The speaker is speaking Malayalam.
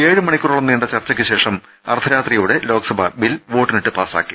ഏഴ് മണിക്കൂറോളം നീണ്ട ചർച്ചക്ക് ശേഷം അർദ്ധരാത്രി യോടെ ലോക്സഭ ബിൽ വോട്ടിനിട്ട് പാസ്സാക്കി